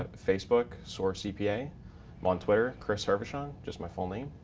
ah facebook soarcpa. i'm on twitter, chrishervochon, just my full name.